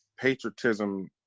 patriotism